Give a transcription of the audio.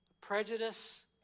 prejudice